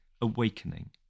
awakening